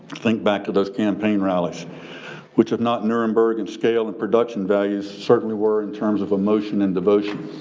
think back to those campaign rallies which have not nuremberg in scale and production values, certainly were in terms of emotion and devotion.